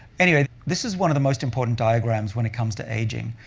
anyway, this is one of the most important diagrams when it comes to aging.